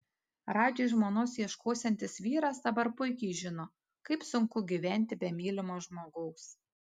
radžiui žmonos ieškosiantis vyras dabar puikiai žino kaip sunku gyventi be mylimo žmogaus